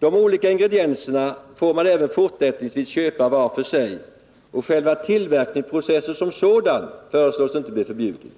De olika ingredienserna får man även fortsättningsvis köpa var för sig, och själva tillverkningsprocessen som sådan föreslås inte bli förbjuden.